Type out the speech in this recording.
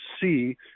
see